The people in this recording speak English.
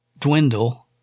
dwindle